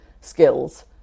skills